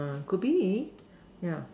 could be yeah